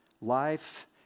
Life